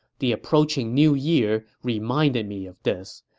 the approaching new year reminded me of this.